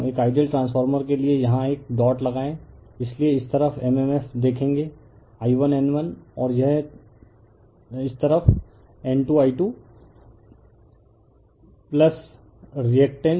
एक ideal transformer के लिए यहां एक डॉट लगाएं इसलिए इस तरफ mmf देखेंगे I1N1 और यह तरफN2I2 रिएक्टेंस